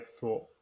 thought